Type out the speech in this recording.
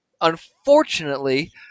Unfortunately